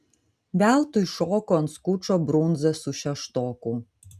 veltui šoko ant skučo brundza su šeštoku